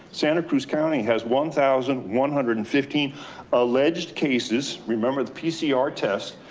santa cruz county has one thousand one hundred and fifteen alleged cases. remember the pcr test,